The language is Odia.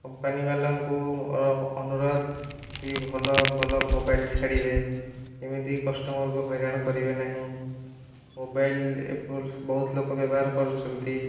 କମ୍ପାନୀବାଲାଙ୍କୁ ମୋର ଅନୁରୋଧ କି ଭଲ ଭଲ ମୋବାଇଲ୍ ଛାଡ଼ିବେ ଏମିତି କଷ୍ଟମର୍କୁ ହଇରାଣ କରିବେ ନାହିଁ ମୋବାଇଲ୍ ବହୁତ ଲୋକ ବ୍ୟବହାର କରୁଛନ୍ତି